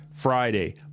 Friday